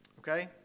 Okay